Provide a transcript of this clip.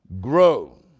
grow